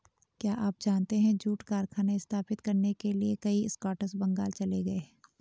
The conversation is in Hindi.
क्या आप जानते है जूट कारखाने स्थापित करने के लिए कई स्कॉट्स बंगाल चले गए?